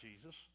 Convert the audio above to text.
Jesus